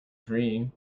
free